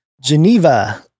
Geneva